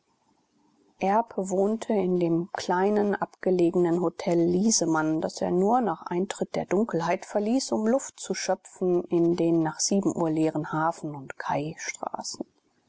wohnte in dem kleinen abgelegenen hotel liesemann das er nur nach eintritt der dunkelheit verließ um luft zu schöpfen in den nach sieben uhr leeren hafen und kaistraßen